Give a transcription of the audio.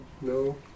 No